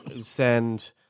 send